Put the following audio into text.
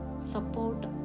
support